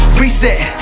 reset